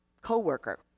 co-worker